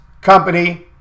company